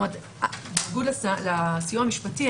בניגוד לסיוע המשפטי,